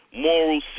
moral